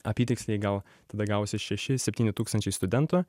apytiksliai gal tada gavosi šeši septyni tūkstančiai studentų